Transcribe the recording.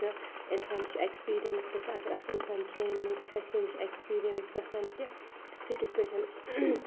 تہٕ اِنسانَس چھُ ایٚکٕسپیٖریَنٕس گژھان اَگَر اَکھ اِنسان ٹرٛینہِ منٛز کھَسہِ تٔمِس چھِ ایٚکٕسپیٖریَنٕس گَژھان کہِ سُہ کِتھ پٲٹھۍ